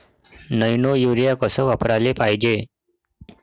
Nano urea कस वापराले पायजे?